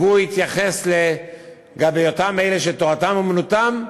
והוא התייחס לאותם אלה שתורתם אומנותם,